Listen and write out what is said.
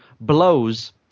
Blows